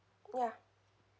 ya